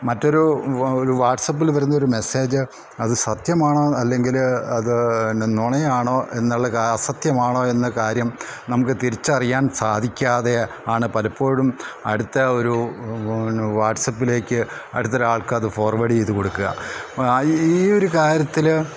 മറ്റൊരു ഒരു വാട്സപ്പില് വരുന്നൊരു മെസ്സേജ് അത് സത്യമാണോ അല്ലെങ്കിൽ അത് നുണയാണോ എന്നുള്ള അസത്യമാണോ എന്ന കാര്യം നമുക്ക് തിരിച്ചറിയാൻ സാധിക്കാതെ ആണ് പലപ്പോഴും അടുത്ത ഒരു വാട്സപ്പിലേക്ക് അടുത്ത ഒരാൾക്കത് ഫോർവേഡ് ചെയ്ത് കൊടുക്ക ആ ഈയൊരു കാര്യത്തിൽ